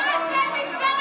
ומה אתם מנזר השתקנים?